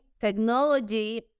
technology